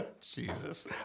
Jesus